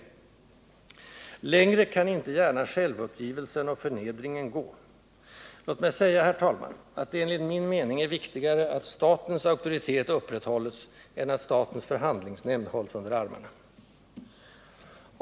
Längre kan inte gärna självuppgivelsen och förnedringen gå. Låt mig säga, herr talman, att det enligt min mening är viktigare att statens auktoritet upprätthålles än att statens förhandlingsnämnd hålles under armarna.